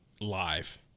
Live